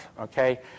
Okay